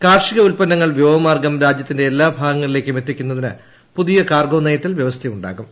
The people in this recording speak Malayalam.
കാർഷിക ഉത്പന്നങ്ങൾ വ്യോമമാർഗം രാജ്യ ത്തിന്റെ എല്ലാ ഭാഗങ്ങളിലേക്കും എത്തിക്കുന്നതിന് പുതിയ കാർഗോ നയത്തിൽ വൃവസ്ഥയുണ്ടാകും